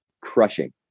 crushing